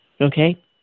Okay